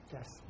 Yes